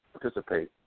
participate